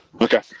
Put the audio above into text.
Okay